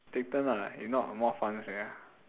take turn ah if not more fun sia